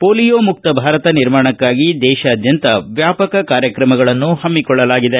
polio ಮುಕ್ತ ಭಾರತ ನಿರ್ಮಾಣಕ್ಕಾಗಿ ದೇಶಾದ್ಯಂತ ವ್ಯಾಪಕ ಕಾರ್ಯಕ್ರಮಗಳನ್ನು ಹಮ್ದಿಕೊಳ್ಳಲಾಗಿದೆ